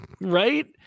right